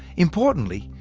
importantly,